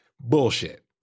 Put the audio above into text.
Bullshit